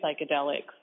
psychedelics